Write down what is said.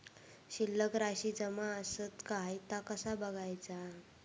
शिल्लक राशी जमा आसत काय ता कसा बगायचा?